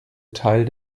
teil